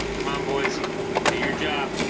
come on boys do your job